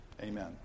Amen